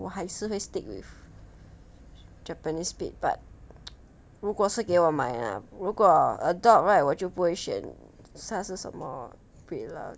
我还是会 stick with japanese spitz but 如果是给我买啊如果 adult right 我就不会选算是什么 breed lah